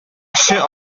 кеше